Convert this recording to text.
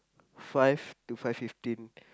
five to five fifteen